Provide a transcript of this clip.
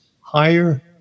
higher